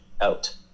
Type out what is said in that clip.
out